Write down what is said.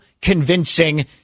convincing